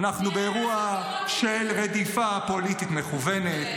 --- אנחנו באירוע של רדיפה פוליטית מכוונת.